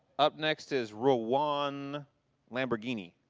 up next is rowan lamborghini.